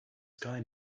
sky